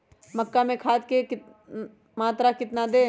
मक्का में खाद की मात्रा कितना दे?